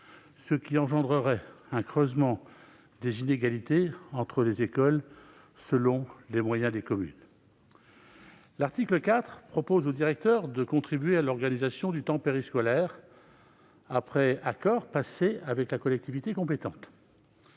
car cela creuserait les inégalités entre les écoles, selon les moyens des communes. L'article 4 propose au directeur de contribuer à l'organisation du temps périscolaire, après avoir passé un accord avec la collectivité compétente.